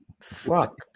Fuck